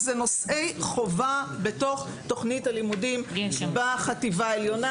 אלה נושאי חובה בתוך תוכנית הלימודים בחטיבה העליונה.